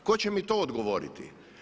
Tko će mi to odgovoriti?